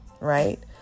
Right